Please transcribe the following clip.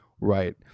Right